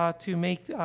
ah to make, ah,